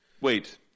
Wait